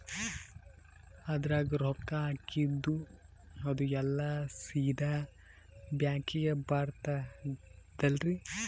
ಅದ್ರಗ ರೊಕ್ಕ ಹಾಕಿದ್ದು ಅದು ಎಲ್ಲಾ ಸೀದಾ ಬ್ಯಾಂಕಿಗಿ ಬರ್ತದಲ್ರಿ?